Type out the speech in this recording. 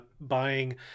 buying